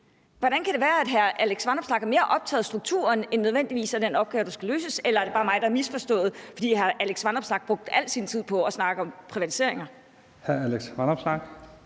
Hvordan kan det være, at hr. Alex Vanopslagh er mere optaget af strukturer, end han nødvendigvis er af den opgave, der skal løses? Eller er det bare mig, der har misforstået det? For hr. Alex Vanopslagh brugte al sin tid på at snakke om privatiseringer.